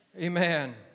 Amen